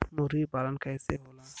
मुर्गी पालन कैसे होला?